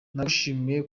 ndagushimiye